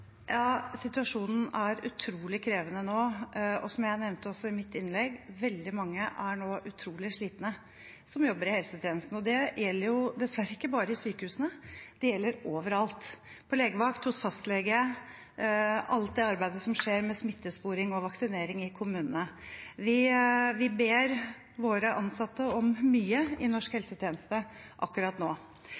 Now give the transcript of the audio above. jeg også nevnte i mitt innlegg, er veldig mange som jobber i helsetjenesten, nå utrolig slitne. Det gjelder dessverre ikke bare i sykehusene, det gjelder overalt – på legevakt, hos fastlege, i alt arbeidet som skjer med smittesporing og vaksinering i kommunene. Vi ber våre ansatte om mye i norsk helsetjeneste akkurat nå.